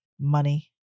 Money